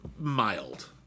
mild